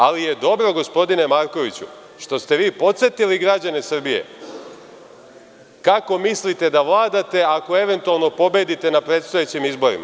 Ali, dobro je, gospodine Markoviću, što ste vi podsetili građane Srbije kako mislite da vladate ako eventualno pobedite na predstojećim izborima.